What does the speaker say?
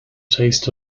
taste